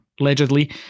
allegedly